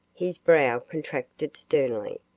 his brow contracted sternly.